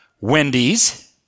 Wendy's